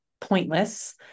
pointless